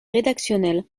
rédactionnel